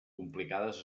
complicades